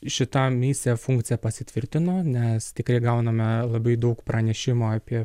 šita misija funkcija pasitvirtino nes tikrai gauname labai daug pranešimų apie